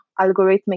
algorithmic